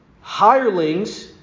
Hirelings